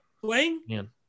playing